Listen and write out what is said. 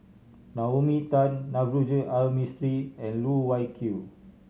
Naomi Tan Navroji R Mistri and Loh Wai Kiew